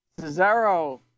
Cesaro